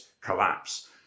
collapse